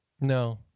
No